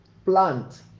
plant